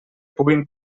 puguin